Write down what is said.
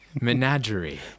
Menagerie